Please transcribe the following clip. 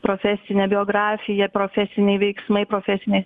profesinė biografija profesiniai veiksmai profesinėj